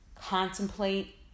contemplate